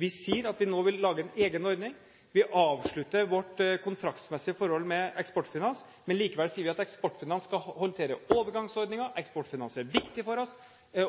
Vi sier at vi nå vil lage en egen ordning, vi avslutter vårt kontraktsmessige forhold med Eksportfinans. Men likevel sier vi at Eksportfinans skal håndtere overgangsordningen, Eksportfinans er viktig for oss,